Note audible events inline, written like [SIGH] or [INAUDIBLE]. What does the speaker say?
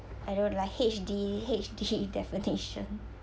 I don't like H_D H_D [LAUGHS] definition